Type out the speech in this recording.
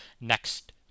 next